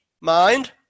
mind